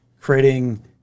creating